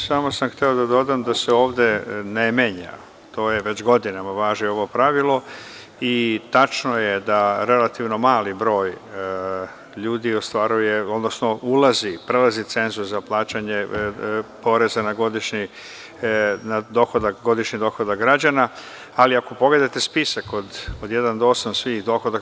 Samo sam hteo da dodam da se ovde ne menja, to već godinama važi ovo pravilo i tačno je da relativno mali broj ljudi ostvaruje, odnosno ulazi i prelazi cenzus za plaćanje poreza na godišnji dohodak građana, ali ako pogledate spisak od jedan do osam svih dohodaka.